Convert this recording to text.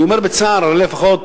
אני אומר בצער, אבל לפחות